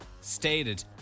stated